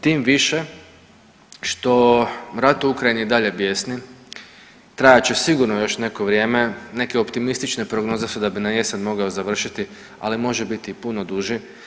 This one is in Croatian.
Tim više što rat u Ukrajini i dalje bjesni, trajat će sigurno još neko vrijeme, neke optimistične prognoze da bi najesen mogao završiti, ali može biti i puno duži.